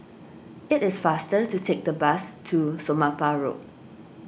it is faster to take the bus to Somapah Road